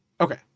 Okay